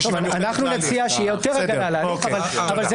אנחנו נציע שיהיה יותר הגנה על ההליך אבל זה